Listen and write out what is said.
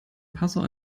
passau